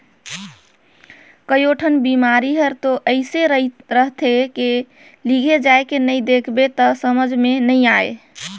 कयोठन बिमारी हर तो अइसे रहथे के लिघे जायके नई देख बे त समझे मे नई आये